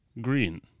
Green